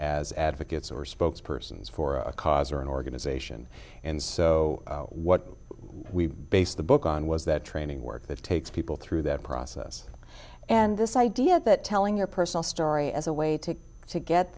as advocates or spokes persons for a cause or an organization and so what we based the book and was that training work that takes people through that process and this idea that telling your personal story as a way to to get